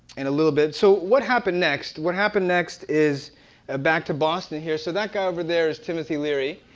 in a little bit. so what happened next? what happened next is ah back to boston here, so that guy over there is timothy leary,